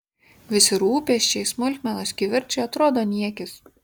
visi rūpesčiai smulkmenos kivirčai atrodo niekis